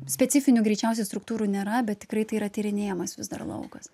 specifinių greičiausiai struktūrų nėra bet tikrai tai yra tyrinėjamas vis dar laukas